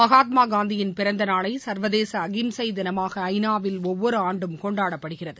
மகாத்மாகாந்தியின் பிறந்தநாளை சர்வதேச அகிம்சை தினமாக ஐநாவில் ஒவ்வொரு ஆண்டும் கொண்டாடப்படுகிறது